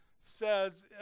says